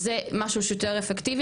זה משהו שהוא יותר אפקטיבי.